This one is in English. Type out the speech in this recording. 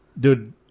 dude